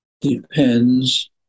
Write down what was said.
depends